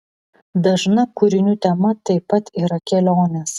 dažna kūrinių tema taip pat yra kelionės